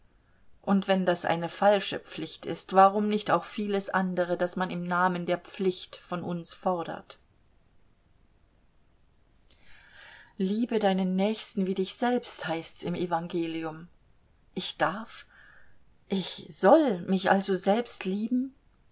und wenn das eine falsche pflicht ist warum nicht auch vieles andere das man im namen der pflicht von uns fordert liebe deinen nächsten wie dich selbst heißt's im evangelium ich darf ich soll mich also selbst lieben